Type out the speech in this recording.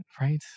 Right